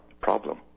problem